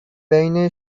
بین